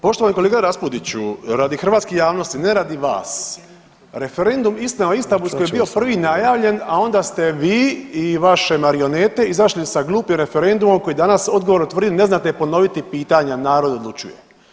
Poštovani kolega Raspudiću radi hrvatske javnosti ne radi vas, referendum o Istanbulskoj je bio prvi najavljen, a onda ste vi i vaše marionete izašli sa glupim referendumom koji danas odgovorno tvrdite ne znate ponoviti pitanja Narod odlučuje.